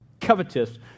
covetous